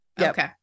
Okay